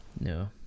No